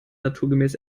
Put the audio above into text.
naturgemäß